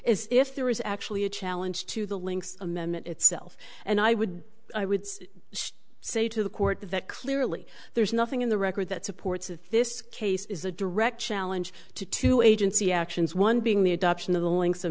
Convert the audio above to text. if there is actually a challenge to the links amendment itself and i would i would say to the court that clearly there's nothing in the record that supports this case is a direct challenge to two agency actions one being the adoption of the links